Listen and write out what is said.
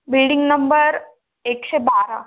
building number एकशे बारा